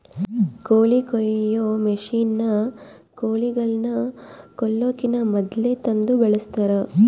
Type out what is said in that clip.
ಕೋಳಿ ಕೊಯ್ಯೊ ಮಷಿನ್ನ ಕೋಳಿಗಳನ್ನ ಕೊಲ್ಲಕಿನ ಮೊದ್ಲೇ ತಂದು ಬಳಸ್ತಾರ